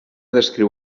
descriu